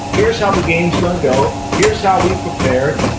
here's how the games going to go, here's how we prepared.